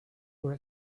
were